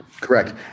Correct